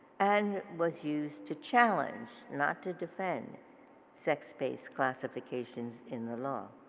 and was used to challenge not to defend sex based classifications in the law?